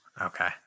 Okay